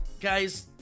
Guys